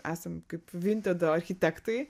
esam kaip vintedo architektai